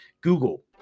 Google